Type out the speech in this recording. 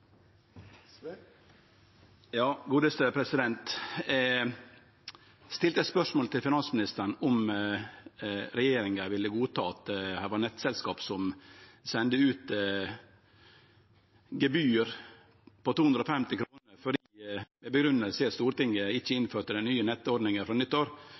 stilte eit spørsmål til finansministeren om regjeringa ville godta at det er nettselskap som sender ut gebyr på 250 kr, som er grunngjeve med at Stortinget ikkje innfører den nye nettleigeordninga frå